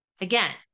Again